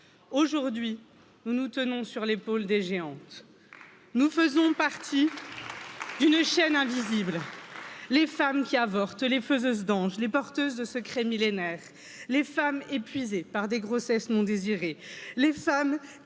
aujourd'hui nous nous tenons sur l'épaule des géantes nous faisons partie d'une chaîne invisible les femmes quii avortent les faiseuses d'anges les porteuses millénaires, les femmes épuisées par des grossesses non désirées, les femmes